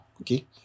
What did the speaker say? okay